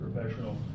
professional